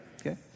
Okay